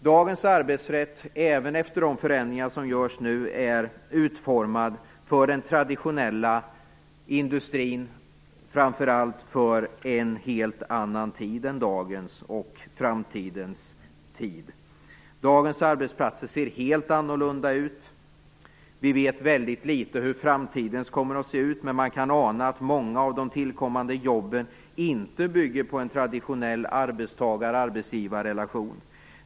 Dagens arbetsrätt är, även efter de förändringar som nu görs, utformad för den traditionella industrin och framför allt för en helt annan tid än vår tid och framtiden. Dagens arbetsplatser ser helt annorlunda ut. Vi vet väldigt litet om hur framtidens arbetsplatser kommer att se ut, men man kan ana att många av de tillkommande jobben inte bygger på en traditionell relation mellan arbetstagare och arbetsgivare.